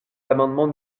l’amendement